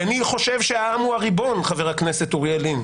אני חושב שהעם הוא הריבון, חבר הכנסת אוריאל לין.